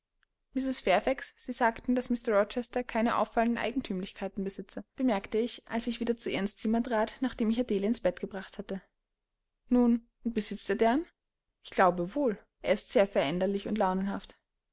sie sagten daß mr rochester keine auffallenden eigentümlichkeiten besitze bemerkte ich als ich wieder zu ihr ins zimmer trat nachdem ich adele ins bett gebracht hatte nun und besitzt er deren ich glaube wohl er ist sehr veränderlich und launenhaft